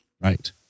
Right